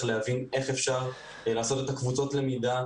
ולהבין איך אפשר לעשות את קבוצות הלמידה,